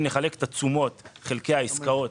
אם נחלק את התשומות חלקי העסקאות